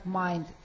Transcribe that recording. mind